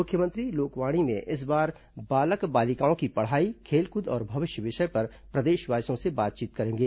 मुख्यमंत्री लोकवाणी में इस बार बालक बालिकाओं की पढ़ाई खेलकूद और भविष्य विषय पर प्रदेशवासियों से बातचीत करेंगे